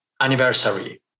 anniversary